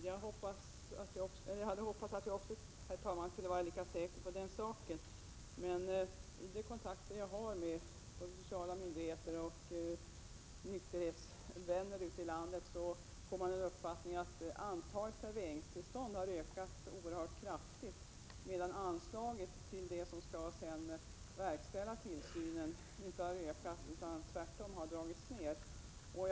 Herr talman! Jag hade hoppats att jag också kunde vara lika säker på den saken. Men vid de kontakter jag har med sociala myndigheter och nykterhetsvänner ute i landet får jag uppfattningen att antalet serveringstillstånd har ökat oerhört kraftigt, medan anslaget till dem som sedan skall verkställa tillsynen inte har ökat utan tvärtom har dragits ned.